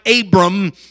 Abram